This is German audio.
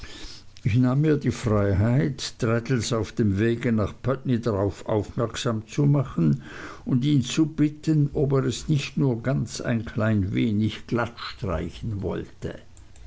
ich nahm mir die freiheit traddles auf dem wege nach putney darauf aufmerksam zu machen und ihn zu bitten ob er es nicht nur ein ganz klein wenig glatt streichen wollte